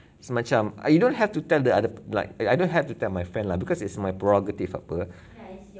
so macam ah you don't have to tell the other like I don't have to tell my friend lah because it's my prerogative apa